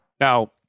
Now